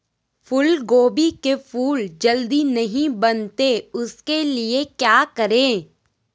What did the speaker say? फूलगोभी के फूल जल्दी नहीं बनते उसके लिए क्या करें?